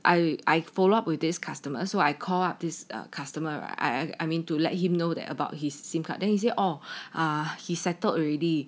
I will follow up with this customers so I call up this customer I I mean to let him know that about his SIM card then you say orh ah he settled already